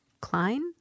Klein